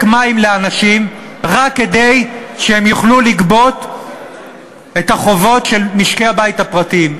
מים לאנשים רק כדי שהם יוכלו לגבות את החובות של משקי-הבית הפרטיים?